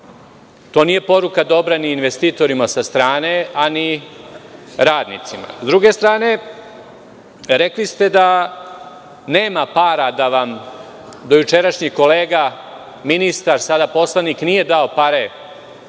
To nije dobra poruka ni investitorima sa strane, a ni radnicima.S druge strane, rekli ste da nema para, da vam dojučerašnji kolega ministar, sada poslanik, nije dao pare